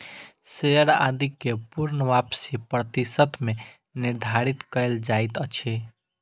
share आदि के पूर्ण वापसी प्रतिशत मे निर्धारित कयल जाइत अछि